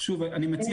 לא אמורה